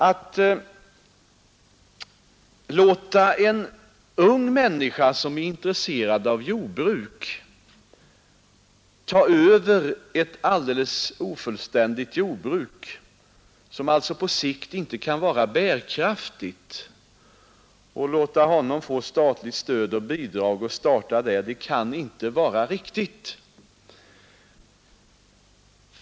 Att låta en ung människa som är intresserad av jordbruk ta över ett alldeles ofullständigt jordbruk, som alltså på sikt inte kan vara bärkraftigt, och låta vederbörande få statligt stöd och bidrag för att starta med detta kan inte vara riktigt.